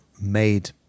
made